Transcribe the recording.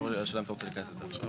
השאלה היא אם אתה רוצה להיכנס לזה עכשיו.